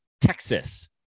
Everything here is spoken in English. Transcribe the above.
Texas